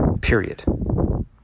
Period